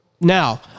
Now